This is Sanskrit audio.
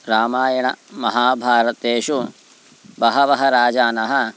रामायणमहाभारतेषु बहवः राजानः